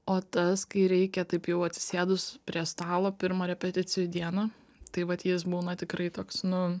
o tas kai reikia taip jau atsisėdus prie stalo pirmą repeticijų dieną tai vat jis būna tikrai toks nu